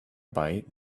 bite